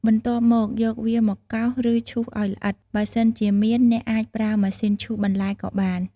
បន្ទាប់មក យកវាមកកោស ឬ ឈូសឱ្យល្អិត បើសិនជាមាន អ្នកអាចប្រើម៉ាស៊ីនឈូសបន្លែក៏បាន។